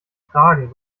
fragen